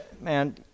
man